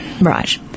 Right